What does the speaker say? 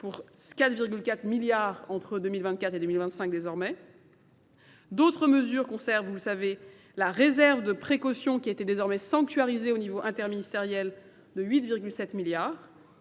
pour 4,4 milliards entre 2024 et 2025 désormais. D'autres mesures conservent, vous le savez, la réserve de précaution qui était désormais sanctuarisée au niveau interministériel de 8,7 milliards.